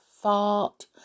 fart